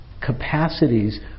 capacities